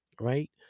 right